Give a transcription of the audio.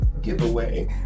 giveaway